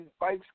bikes